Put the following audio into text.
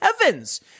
heavens